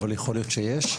אבל יכול להיות שיש.